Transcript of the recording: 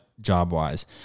job-wise